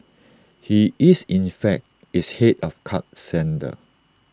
he is in fact its Head of card centre